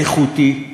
איכותי.